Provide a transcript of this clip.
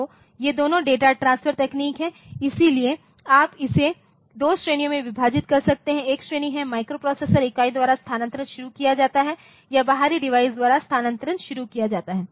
तो ये दोनों डेटा ट्रांसफर तकनीक है इसलिए आप इसे 2 श्रेणियों में विभाजित कर सकते हैं एक माइक्रोप्रोसेसर इकाई द्वारा स्थानांतरण शुरू किया जाता है या दूसरा बाहरी डिवाइस द्वारा स्थानांतरण शुरू किया जाता है